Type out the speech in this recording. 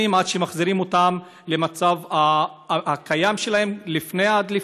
אלא גם באוצרות טבע שהרבה שנים עד שמחזירים אותם למצב שלהם לפני הדליפה.